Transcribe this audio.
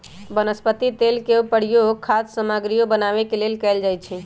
वनस्पति तेल के प्रयोग खाद्य सामगरियो बनावे के लेल कैल जाई छई